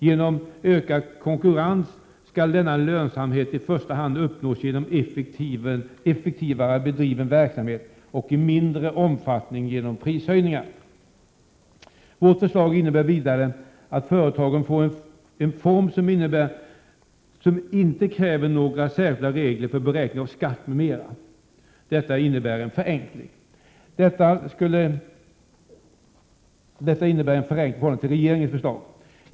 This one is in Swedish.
Genom ökad konkurrens skall denna lönsamhet i första hand uppnås genom effektivare bedriven verksamhet och i mindre omfattning genom prishöjningar. Vårt förslag innebär vidare att företagen får en form som inte kräver några särskilda regler för beräkning av skatt m.m. Detta innebär en förenkling i förhållande till regeringens förslag.